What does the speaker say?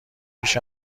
پیش